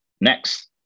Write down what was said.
next